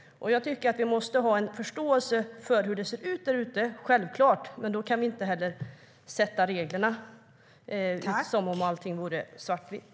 Vi måste självklart ha förståelse för hur det ser ut där ute, och då kan vi inte sätta upp regler som om allt vore svartvitt.